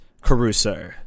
Caruso